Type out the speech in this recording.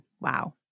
Wow